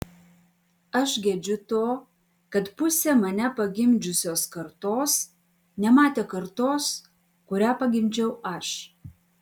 aš gedžiu to kad pusė mane pagimdžiusios kartos nematė kartos kurią pagimdžiau aš